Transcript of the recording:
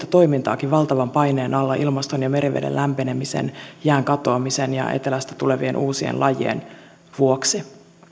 toimintaakin valtavan paineen alla ilmaston ja meriveden lämpenemisen jään katoamisen ja etelästä tulevien uusien lajien vuoksi